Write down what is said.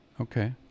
Okay